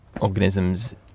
Organisms